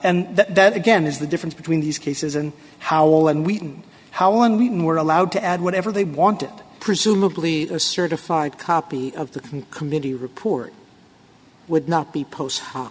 and that again is the difference between these cases and how and we how when we were allowed to add whatever they wanted presumably a certified copy of the committee report would not be post ho